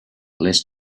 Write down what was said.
less